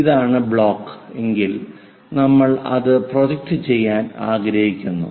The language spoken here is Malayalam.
ഇതാണ് ബ്ലോക്ക് എങ്കിൽ നമ്മൾ അത് പ്രൊജക്റ്റ് ചെയ്യാൻ ആഗ്രഹിക്കുന്നു